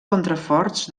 contraforts